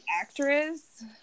actress